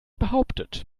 behauptet